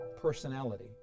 personality